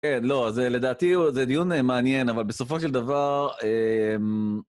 כן, לא, זה לדעתי, זה דיון מעניין, אבל בסופו של דבר, אממממ...